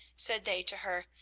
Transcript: said they to her,